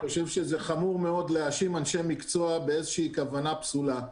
-- אני חושב שזה חמור מאוד להאשים אנשי מקצוע באיזו שהיא כוונה פסולה.